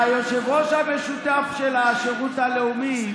היושב-ראש השותף של השירות הלאומי,